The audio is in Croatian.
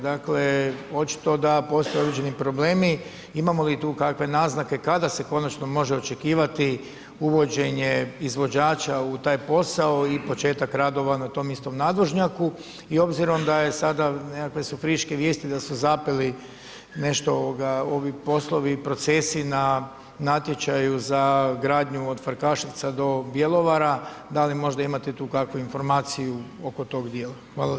Dakle, očito da postoje određeni problemi, imamo li tu kakve naznake kada se konačno može očekivati uvođenje izvođača u taj posao i početak radova na tom istom nadvožnjaku i obzirom da je sada, nekakve su friške vijesti da su zapeli nešto ovi poslovi i procesi na natječaju za gradnju od Frkaševca do Bjelovara, da li možda imate tu kakvu informaciju oko tog dijela?